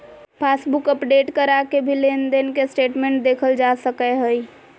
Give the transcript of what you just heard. passbook update करा के भी लेनदेन के स्टेटमेंट देखल जा सकय हय